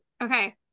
okay